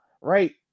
right